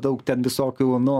daug ten visokių nu